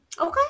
okay